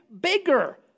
bigger